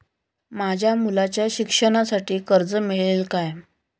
माझ्या मुलाच्या शिक्षणासाठी कर्ज मिळेल काय?